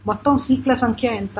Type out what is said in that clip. మొత్తం సీక్ ల సంఖ్య ఎంత